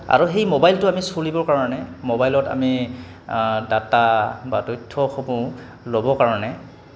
আৰু সেই মোবাইলটো আমি চলিবৰ কাৰণে মোবাইলত আমি ডাটা বা তথ্যসমূহ ল'ব কাৰণে